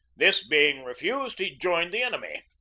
this being refused, he joined the enemy.